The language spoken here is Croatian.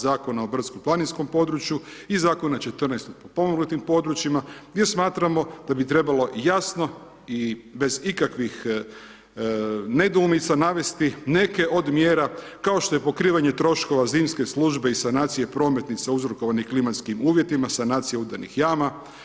Zakona o brdsko planinskom područja i Zakona 14. o potpomognutim područjima gdje smatramo da bi trebalo jasno i bez ikakvih nedoumica navesti neke od mjera, kao što je pokrivanje troškova zimske službe i sanacije prometnica uzrokovanih klimatskim uvjetima, sanacija udarnih jama.